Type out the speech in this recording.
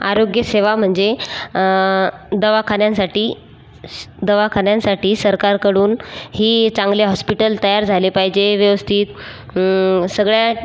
आरोग्य सेवा म्हणजे दवाखान्यांसाठी दवाखान्यांसाठी सरकारकडून ही चांगले हॉस्पिटल तयार झाले पाहिजे व्यवस्थित सगळ्याच